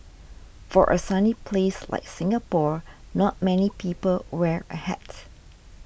for a sunny place like Singapore not many people wear a hat